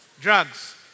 Drugs